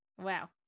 wow